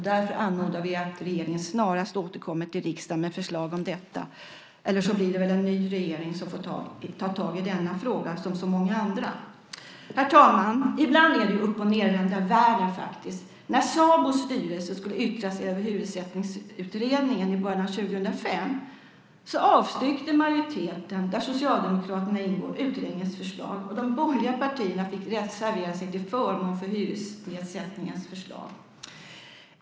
Därför anmodar vi att regeringen snarast återkommer till riksdagen med förslag om detta. Eller också blir det en ny regering som får ta tag i denna fråga som så många andra. Herr talman! Ibland är det uppochnedvända världen. När SABO:s styrelse skulle yttra sig över Hyressättningsutredningen i början av 2005 avstyrkte majoriteten, där Socialdemokraterna ingår, utredningens förslag. De borgerliga partierna fick reservera sig till förmån för Hyressättningsutredningens förslag.